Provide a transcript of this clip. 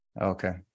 Okay